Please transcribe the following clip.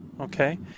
okay